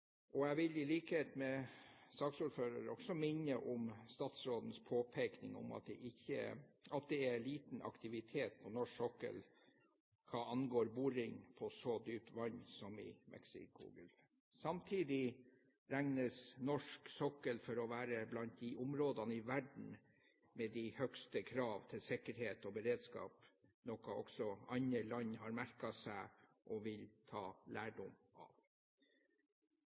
2011. Jeg vil, i likhet med saksordføreren, også minne om statsrådens påpekning av at det er liten aktivitet på norsk sokkel hva angår boring på så dypt vann som i Mexicogolfen. Samtidig regnes norsk sokkel for å være blant de områdene i verden med de høyeste krav til sikkerhet og beredskap, noe også andre land har merket seg og vil ta lærdom av.